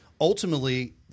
Ultimately